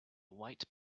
white